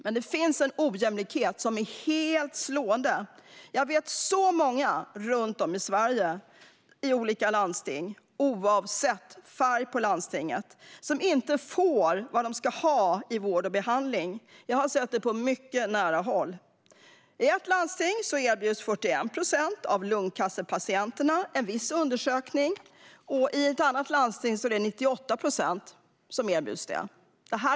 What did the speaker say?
Men det finns en ojämlikhet som är helt slående. Jag vet många i olika landsting runt om i Sverige, oavsett färg på landstinget, som inte får vad de ska ha i form av vård och behandling. Jag har sett detta på mycket nära håll. I ett landsting erbjuds 41 procent av lungcancerpatienterna en viss undersökning. I ett annat landsting är det 98 procent som erbjuds samma undersökning.